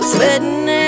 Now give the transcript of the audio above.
Sweating